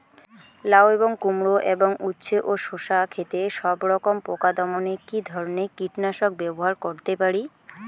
লাউ এবং কুমড়ো এবং উচ্ছে ও শসা ক্ষেতে সবরকম পোকা দমনে কী ধরনের কীটনাশক ব্যবহার করতে পারি?